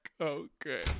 Okay